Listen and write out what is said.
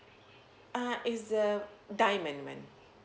uh it's the diamond madam